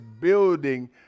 building